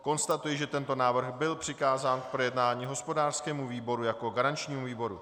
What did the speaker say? Konstatuji, že tento návrh byl přikázán k projednání hospodářskému výboru jako garančnímu výboru.